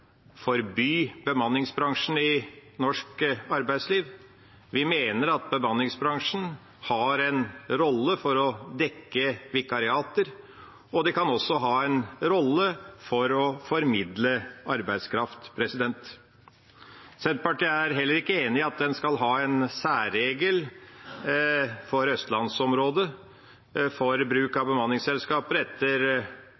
forby bemanningsbransjen i norsk arbeidsliv. Vi mener at bemanningsbransjen har en rolle i å dekke vikariater, og de kan også ha en rolle i å formidle arbeidskraft. Senterpartiet er heller ikke enig i at en i Østlands-området skal ha en særregel for bruk av bemanningsselskaper, etter § 14-12 i arbeidsmiljøloven, for